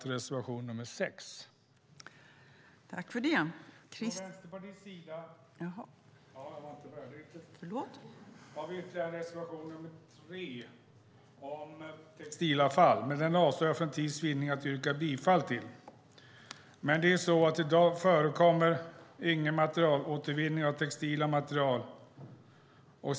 Från Vänsterpartiets sida har vi även reservation 3 om textilavfall. Men jag avstår för tids vinnande från att yrka bifall till den. I dag förekommer ingen materialåtervinning av textila material.